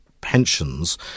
Pensions